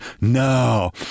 no